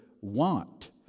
want